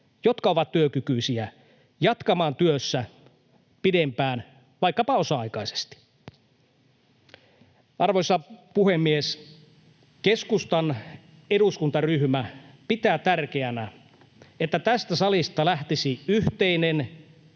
jotka ovat työkykyisiä, jatkamaan työssään pidempään, vaikkapa osa-aikaisesti. Arvoisa puhemies! Keskustan eduskuntaryhmä pitää tärkeänä, että tästä salista lähtisi yhteinen